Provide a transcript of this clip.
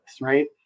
right